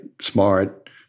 smart